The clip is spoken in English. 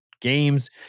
games